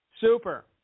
Super